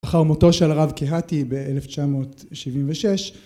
אחר מותו של הרב קהתי ב-1976